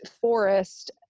forest